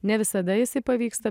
ne visada jisai pavyksta